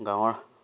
গাঁৱৰ